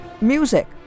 music